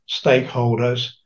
stakeholders